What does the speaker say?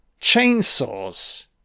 Chainsaws